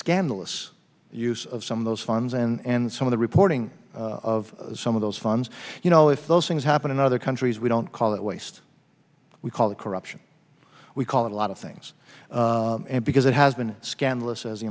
scandalous use of some of those funds and some of the reporting of some of those funds you know if those things happen in other countries we don't call that waste we call the corruption we call it a lot of things and because it has been scandalous as the